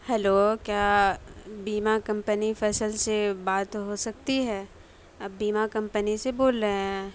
hello کیا بیما company فصل سے بات ہو سکتی ہے آپ بیما کمپنی سے بول رہے ہیں